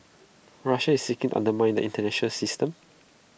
Russia is seeking undermine the International system